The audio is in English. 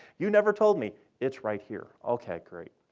you never told me. it's right here. ok, great.